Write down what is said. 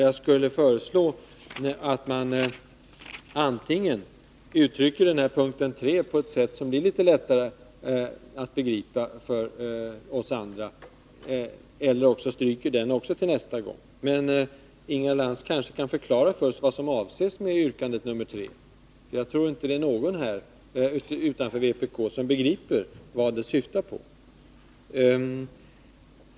Jag skulle vilja föreslå att man antingen formulerar punkten 3 på ett sådant sätt att den blir lättare för oss andra att begripa eller också stryker även den till nästa gång. Men Inga Lantz kanske kan förklara för oss vad som avses med yrkandet nr 3. Jag tror inte att det är någon utanför vpk som begriper vad det syftar på.